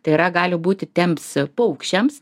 tai yra gali būti temps paukščiams